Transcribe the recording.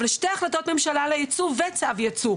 אבל שתי החלטות ממשלה על הייצוא וצו ייצוא,